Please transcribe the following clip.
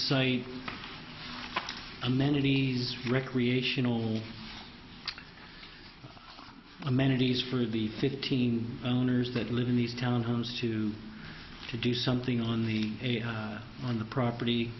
site amenities recreational amenities for the fifteen owners that live in the town homes to to do something on the on the property